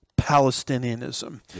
Palestinianism